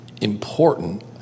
important